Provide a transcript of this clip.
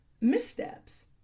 missteps